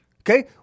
Okay